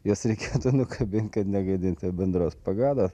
juos reikėtų nukabint kad negadinti bendros pagados